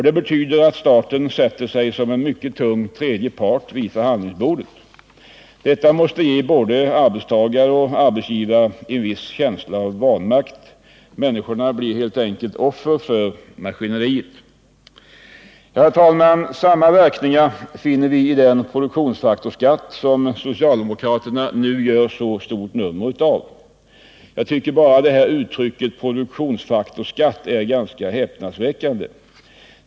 Det betyder att staten sätter sig som en mycket tung tredje part vid förhandlingsbordet. Detta måste ge både arbetstagare och arbetsgivare en viss känsla av vanmakt. Människorna blir offer för maskineriet. Herr talman! Samma verkningar finner vi i den produktionsfaktorsskatt som socialdemokraterna nu gör ett så stort nummer av. Uttrycket produktionsfaktorsskatt är f.ö. ganska häpnadsväckande.